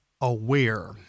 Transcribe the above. Aware